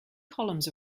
columns